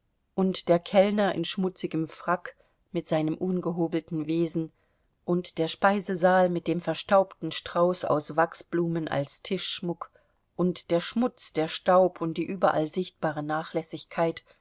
und der kellner in schmutzigem frack mit seinem ungehobelten wesen und der speisesaal mit dem verstaubten strauß aus wachsblumen als tischschmuck und der schmutz der staub und die überall sichtbare nachlässigkeit